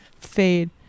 Fade